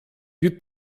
più